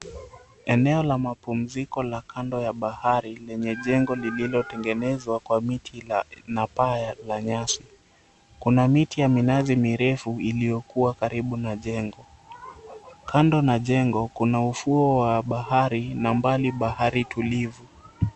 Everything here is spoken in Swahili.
Eneo la mapumziko la kando ya bahari, lenye jengo lililotengenezwa kwa miti na paa la nyasi. Kuna miti ya minazi mirefu iliyokuwa karibu na jengo. Kando na jengo, kuna ufuo wa bahari, na mbali bahari tulivu.